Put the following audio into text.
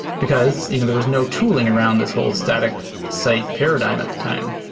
because you know there was no tooling around this whole static site paradigm at the time.